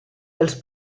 els